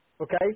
okay